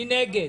מי נגד,